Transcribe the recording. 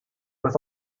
with